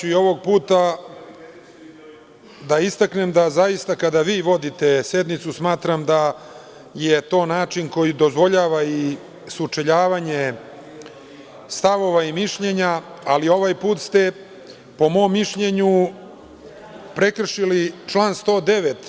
I ovog puta ću da istaknem da zaista kada vi vodite sednicu, smatram da je to način koji dozvoljava i sučeljavanje stavova i mišljenja, ali ovaj put ste po mom mišljenju prekršili član 109.